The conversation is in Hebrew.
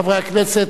חברי הכנסת,